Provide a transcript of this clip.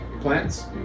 plants